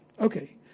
Okay